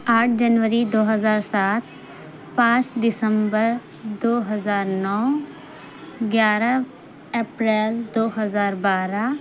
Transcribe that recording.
آٹھ جنوری دو ہزار سات پانچ دسمبر دو ہزار نو گیارہ اپریل دو ہزار بارہ